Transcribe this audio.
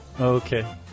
Okay